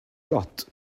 yacht